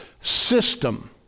system